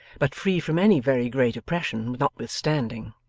but free from any very great oppression notwithstanding.